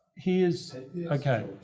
he is okay.